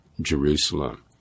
Jerusalem